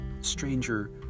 Stranger